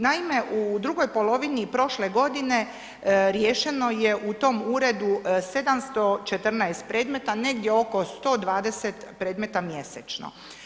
Naime, u drugoj polovini prošle godine, riješeno je u tom uredu 714 predmeta, negdje oko 120 predmeta mjesečno.